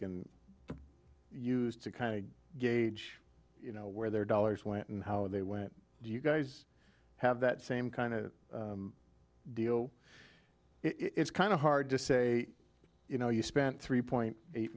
can use to kind of gauge you know where their dollars went and how they went do you guys have that same kind of deal it's kind of hard to say you know you spent three point eight